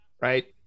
right